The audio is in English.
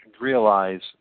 realize